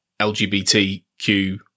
LGBTQ